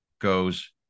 goes